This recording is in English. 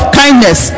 kindness